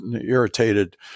irritated